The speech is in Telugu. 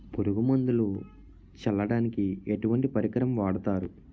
పురుగు మందులు చల్లడానికి ఎటువంటి పరికరం వాడతారు?